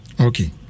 Okay